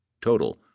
Total